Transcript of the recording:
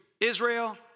Israel